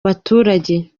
baturage